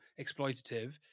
exploitative